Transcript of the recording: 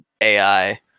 ai